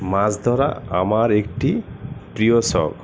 মাছ ধরা আমার একটি প্রিয় শখ